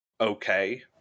okay